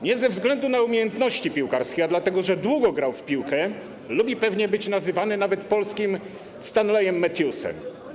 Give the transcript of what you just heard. Nie ze względu na umiejętności piłkarskie, ale dlatego że długo grał w piłkę, lubi pewnie być nazywany nawet polskim Stanleyem Matthewsem.